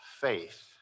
faith